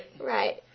Right